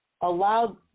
allowed